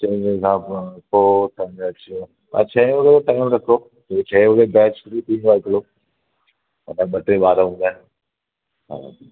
चईं बजे खां पोइ छहे वॻे जो टाइम रखो जोकी छहे वॻे बैच शुरू थींदो आहे हिकिड़ो हा ॿ टे ॿार हूंदा आहिनि हा